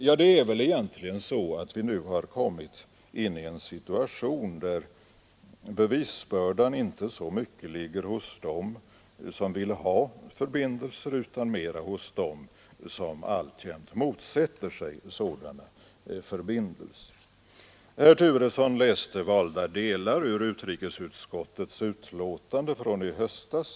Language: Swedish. Ja, det är väl egentligen så, att vi nu har kommit in i en situation, där bevisbördan inte så mycket ligger hos dem som vill ha förbindelser, utan mera hos dem som alltjämt motsätter sig sådana förbindelser. Herr Turesson läste valda delar ur utrikesutskottets betänkande från i höstas.